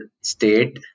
state